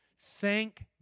Thank